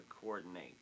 coordinate